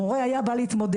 מורה היה בא להתמודד,